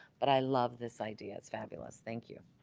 but i love this idea it's fabulous. thank you